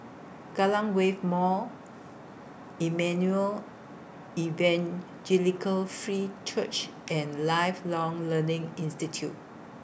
Kallang Wave Mall Emmanuel Evangelical Free Church and Lifelong Learning Institute